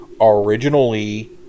originally